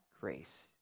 grace